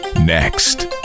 Next